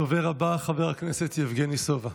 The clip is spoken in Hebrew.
הדובר הבא, חבר הכנסת יבגני סובה.